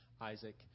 Isaac